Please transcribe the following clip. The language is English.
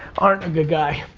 aren't a good guy.